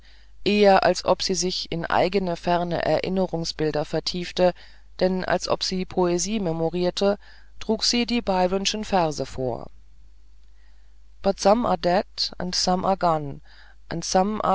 eher als ob sie sich in eigene ferne erinnerungsbilder vertiefte denn als ob sie poesie memorierte trug sie die byronschen verse vor